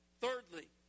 Thirdly